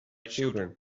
children